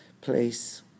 place